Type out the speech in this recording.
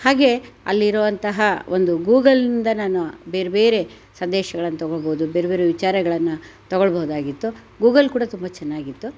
ಹಾಗೇ ಅಲ್ಲಿರುವಂತಹ ಒಂದು ಗೂಗಲ್ನಿಂದ ನಾನು ಬೇರೆ ಬೇರೆ ಸಂದೇಶಗಳನ್ನು ತಗೋಬೋದು ಬೇರೆ ಬೇರೆ ವಿಚಾರಗಳನ್ನು ತಗೊಳ್ಬೋದಾಗಿತ್ತು ಗೂಗಲ್ ಕೂಡ ತುಂಬ ಚೆನ್ನಾಗಿತ್ತು